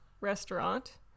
restaurant